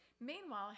Meanwhile